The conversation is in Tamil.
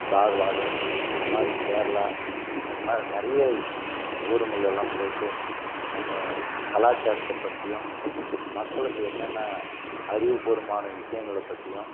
தார்வாடு இதுமாதிரி கேரளா இந்தமாதிரி நிறைய விஷங் ஊருங்களெல்லாம் போய்விட்டு நம்ம கலாச்சாரத்தை பற்றியும் மக்களுக்கு என்னென்ன அறிவு பூர்வமான விஷயங்கள பற்றியும்